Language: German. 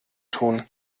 tun